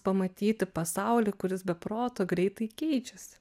pamatyti pasaulį kuris be proto greitai keičiasi